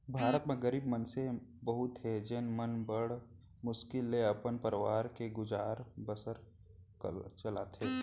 भारत म गरीब मनसे बहुत हें जेन मन बड़ मुस्कुल ले अपन परवार के गुजर बसर चलाथें